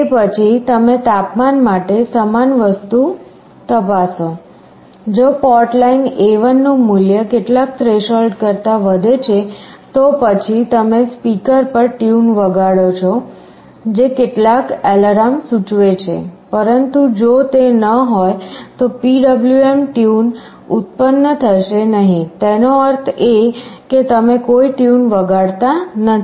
તે પછી તમે તાપમાન માટે સમાન વસ્તુ તપાસો જો પોર્ટ લાઇન A1 નું મૂલ્ય કેટલાક થ્રેશોલ્ડ કરતાં વધે છે તો પછી તમે સ્પીકર પર ટ્યુન વગાડો છો જે કેટલાક એલાર્મ સૂચવે છે પરંતુ જો તે ન હોય તો PWM ટ્યુન ઉત્પન્ન થશે નહીં તેનો અર્થ એ કે તમે કોઈ ટ્યુન વગાડતા નથી